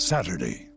Saturday